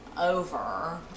over